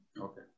Okay